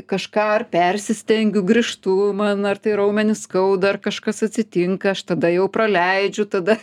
kažką ar persistengiu grįžtu man ar tai raumenis skauda ar kažkas atsitinka aš tada jau praleidžiu tada